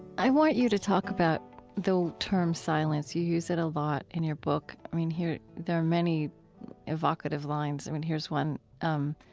i want you to talk about the term silence. you use it a lot in your book. i mean, here, there are many evocative lines. i mean, here's one um